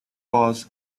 was